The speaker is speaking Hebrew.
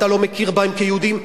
אתה לא מכיר בהם כיהודים,